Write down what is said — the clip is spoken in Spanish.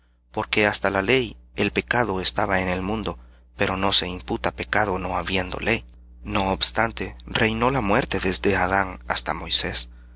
pecaron porque hasta la ley el pecado estaba en el mundo pero no se imputa pecado no habiendo ley no obstante reinó la muerte desde adam hasta moisés